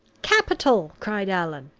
capital! cried allan.